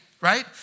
right